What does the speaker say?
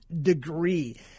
degree